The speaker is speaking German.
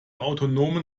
autonomen